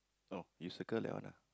oh you circle that one ah